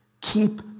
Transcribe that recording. Keep